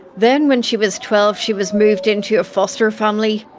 then when she was twelve she was moved into a foster family.